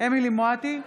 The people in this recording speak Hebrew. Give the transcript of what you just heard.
אמילי חיה מואטי,